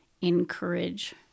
encourage